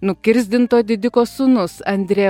nukirsdinto didiko sūnus andrė